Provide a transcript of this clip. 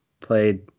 played